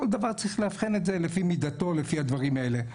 כל דבר צריך לאבחן לפי מידתו, לפי הדברים האלה.